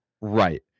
Right